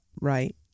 right